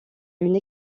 une